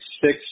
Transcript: six